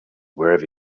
wherever